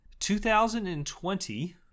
2020